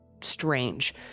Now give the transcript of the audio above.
strange